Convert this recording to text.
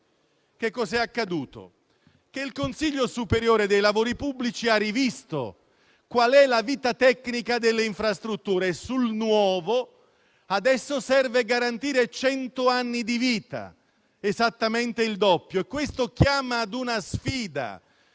È accaduto che il Consiglio superiore dei lavori pubblici ha rivisto la vita tecnica delle infrastrutture e sul nuovo adesso serve garantire cento anni di vita, esattamente il doppio. Ciò chiama a una sfida